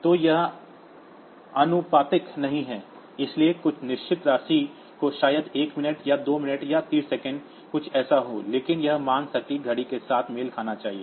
तो यह आनुपातिक नहीं है इसलिए कुछ निश्चित राशि तो शायद 1 मिनट या 2 मिनट या 30 सेकंड कुछ ऐसा हो लेकिन यह मान सटीक घड़ी के साथ मेल खाना चाहिए